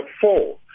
four